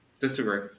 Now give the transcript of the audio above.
Disagree